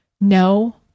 No